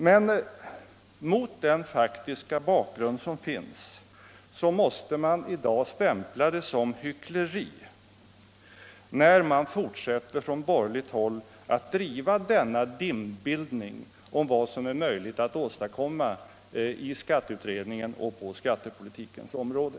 Men mot den faktiska bakgrund som finns måste man i dag stämpla det som hyckleri när ni på borgerligt håll fortsätter att driva denna dimbildningspolitik om vad som är möjligt att snabbt åstadkomma i skatteutredningen och på skattepolitikens område.